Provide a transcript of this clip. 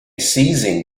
seizing